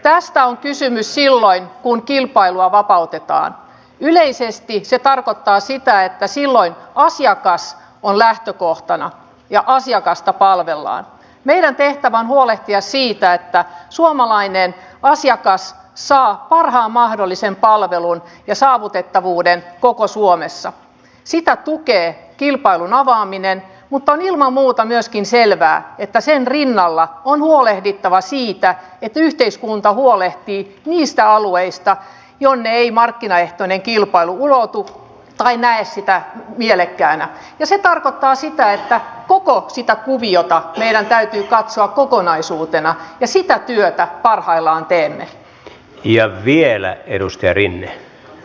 tästä on kysymys silloin kun kilpailua vapautetaan juridisesti se tarkoittaa sitä että silloin asiakas voi lähtökohtana ja asiakasta palvellaan lian peittämään huolehtia siitä että suomalainen asiakas saa parhaan mahdollisen palvelun ja saavutettavuuden koko suomessa sitä lukee kilpailun avaaminen mutta ilman muuta myöskin selvää että sen rinnalla on huolehdittava siitä että yhteiskunta huolehtii mistä alueista jonne ei markkinaehtoinen kilpailu ulottuu vain näe sitä mielekkäänä ja se tarkoittaa sitä että kukaan sitä kuviota meidän täytyy katsoa kokonaisuutena ja siitä joita parhaillaan teemme jää vielä edusti eri